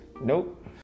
Nope